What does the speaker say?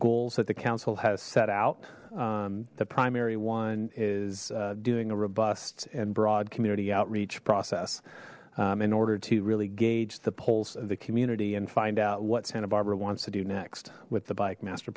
goals that the council has set out the primary one is doing a robust and broad community outreach process in order to really gauge the pulse of the community and find out what santa barbara wants to do next with the bike master